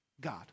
God